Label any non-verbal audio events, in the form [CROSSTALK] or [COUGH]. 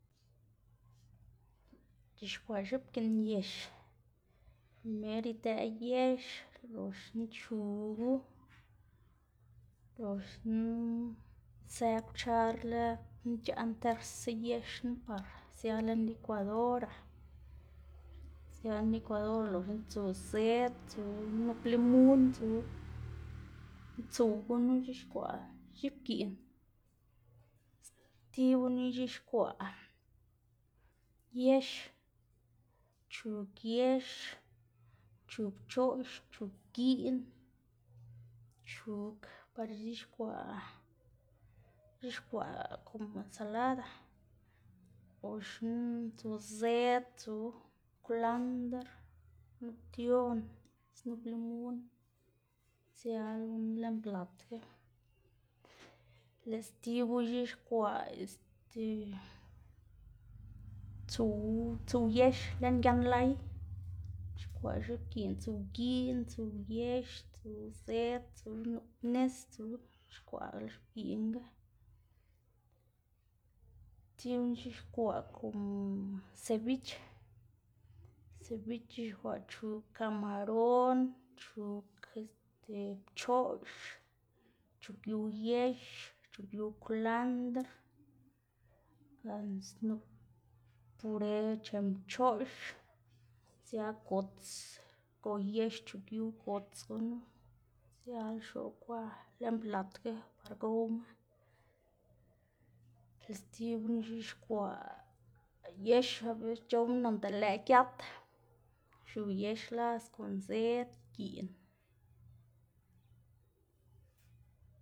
c̲h̲ixkwaꞌ x̱oꞌbgiꞌn yex primer idëꞌ yex, loxna chugu loxna së kwchar lëd knu ic̲h̲aꞌ ntersa yex knu par sia lën likwadora, [NOISE] sia lën likwadora loxna tsu zëd [NOISE] tsu nup limun tsu, tsuw gunu ic̲h̲ixkwaꞌ x̱iꞌbgiꞌn, stibuna ix̱ixkwaꞌ yex, chug yex, chug pchoꞌx, chug giꞌn, chug par ix̱ixkwaꞌ ix̱ixkwaꞌ komo ensalda, loxna tsu zëd tsu, kwlandr, nup ption, snup limun sia limun lën plat ga, lëꞌ stibu ix̱ixkwaꞌ este tsuw tsuw yex lën gian lay, ix̱ixkwaꞌ x̱oꞌbgiꞌn tsuw giꞌn, tsuw yex, tsu zëd tsu nup nis tsu lëꞌ ix̱ixkwaꞌla x̱oꞌbgiꞌnga, stibuna ix̱ixkwaꞌ komo sebich, sebich ix̱ixkwaꞌ chug kamaron, chug este pchoꞌx, chugyuw yex, chugyuw kwlandr gana snup pure chen pchoꞌx sia gots go yex chugyuw gots gunu siala xoꞌb kwa lën platga par gowma, lëꞌ stibuna ix̱ixkwaꞌ yex or c̲h̲owma noꞌnda lëꞌ giat xiu yex las kon zëd, giꞌn.